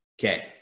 okay